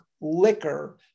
liquor